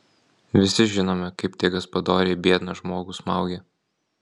visi žinome kaip tie gaspadoriai biedną žmogų smaugė